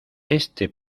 este